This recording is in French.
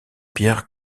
pierre